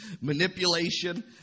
manipulation